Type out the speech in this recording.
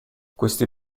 questi